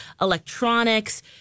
electronics